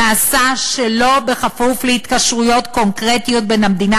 נעשה "שלא בכפוף להתקשרויות קונקרטיות בין המדינה